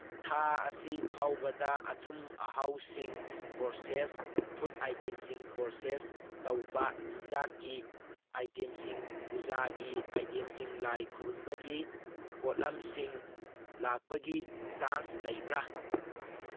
ꯊꯥ ꯑꯁꯤ ꯐꯥꯎꯕꯗ ꯑꯊꯨꯝ ꯑꯍꯥꯎꯁꯤꯡ ꯄꯣꯔꯁꯦꯁ ꯐꯨꯗ ꯑꯥꯏꯇꯦꯝꯁꯤꯡ ꯄꯣꯔꯁꯦꯁ ꯇꯧꯕ ꯆꯤꯟꯖꯥꯛꯀꯤ ꯑꯥꯏꯇꯦꯝꯁꯤꯡ ꯄꯨꯖꯥꯒꯤ ꯑꯥꯏꯇꯦꯝꯁꯤꯡ ꯂꯥꯏ ꯈꯨꯔꯨꯝꯕꯒꯤ ꯄꯣꯠꯂꯝꯁꯤꯡ ꯂꯥꯛꯄꯒꯤ ꯆꯥꯟꯁ ꯂꯩꯕ꯭ꯔ